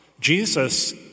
Jesus